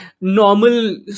normal